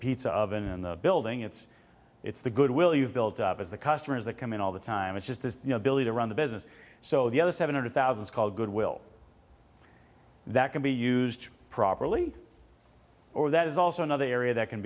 pizza oven and the building it's it's the goodwill you've built up as the customers that come in all the time it's just the ability to run the business so the other seven hundred thousand is called goodwill that can be used properly or that is also another area that can